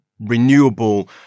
renewable